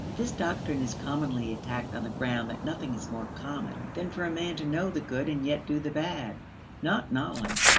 this doctrine is commonly attacked on the ground that nothing is more common than for a man to know the good and yet do the bad not knowledge,